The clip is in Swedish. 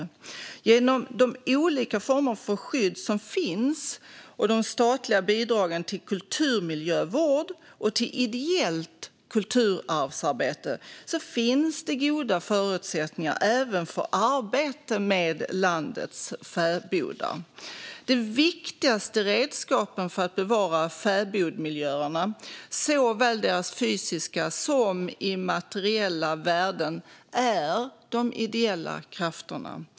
Genom de olika formerna av skydd samt de statliga bidragen till kulturmiljövård och till ideellt kulturarvsarbete finns det goda förutsättningar även för arbete med landets fäbodar. De viktigaste redskapen för att bevara fäbodmiljöerna, såväl deras fysiska som deras immateriella värden, är de ideella krafterna.